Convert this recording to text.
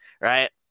Right